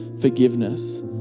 forgiveness